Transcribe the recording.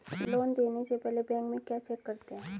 Loan देने से पहले बैंक में क्या चेक करते हैं?